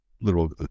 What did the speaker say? little